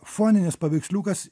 foninis paveiksliukas